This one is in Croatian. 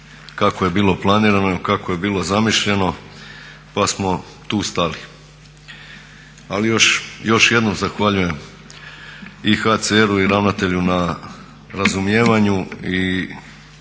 kako je bilo planirano i kako je bilo zamišljeno pa smo tu stali. Ali još jednom zahvaljujem i HCR-u i ravnatelju na razumijevanju i